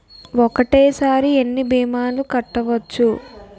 ఒక్కటేసరి ఎన్ని భీమాలు కట్టవచ్చు?